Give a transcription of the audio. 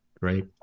Great